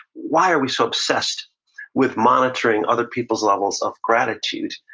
why are we so obsessed with monitoring other people's levels of gratitude?